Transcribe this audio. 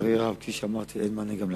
לצערי הרב אין מענה גם לחצור.